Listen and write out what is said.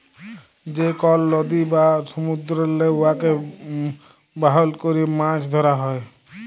যে কল লদী বা সমুদ্দুরেল্লে উয়াকে বাহল ক্যরে মাছ ধ্যরা হ্যয়